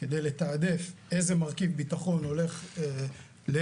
כדי לתעדף איזה מרכיב ביטחון הולך לאיזה